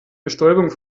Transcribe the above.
bestäubung